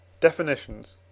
Definitions